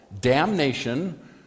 damnation